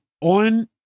On